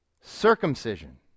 Circumcision